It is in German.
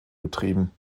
betrieben